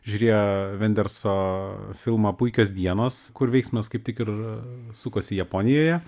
žiūrėjo venderso filmą puikios dienos kur veiksmas kaip tik ir sukosi japonijoje